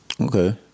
Okay